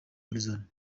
arizona